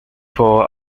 for